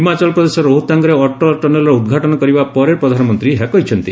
ହିମାଚଳ ପ୍ରଦେଶର ରୋହତାଙ୍ଗରେ ଅଟଳ ଟନେଲର ଉଦ୍ଘାଟନ କରିବା ପରେ ପ୍ରଧାନମନ୍ତ୍ରୀ ଏହା କହିଛନ୍ତି